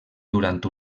durant